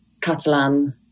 Catalan